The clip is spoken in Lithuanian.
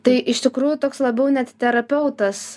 tai iš tikrųjų toks labiau net terapeutas